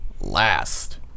last